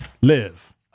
Live